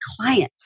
clients